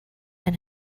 and